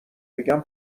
بگم